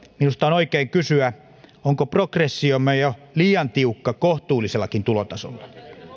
minusta on oikein kysyä onko progressiomme jo liian tiukka kohtuullisellakin tulotasolla